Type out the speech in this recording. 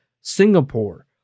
Singapore